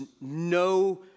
no